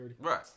Right